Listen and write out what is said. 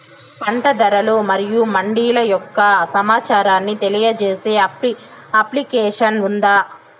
పంట ధరలు మరియు మండీల యొక్క సమాచారాన్ని తెలియజేసే అప్లికేషన్ ఉందా?